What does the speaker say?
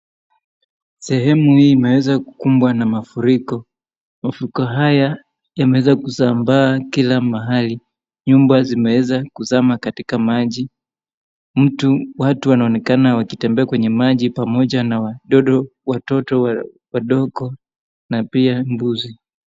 Sehemu hii imeweza kukumbwa na mafuriko. Mafuriko haya yameweza kusambaa kila mahali. Nyumba zimeweza kuzama katika maji. Mtu watu wanaonekana wakitembea katika maji pamoja na dodo, watoto wadogo na pia mbuzi.